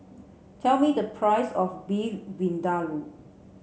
tell me the price of Beef Vindaloo